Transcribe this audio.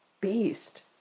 Beast